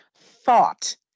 thought